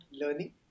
learning